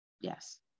Yes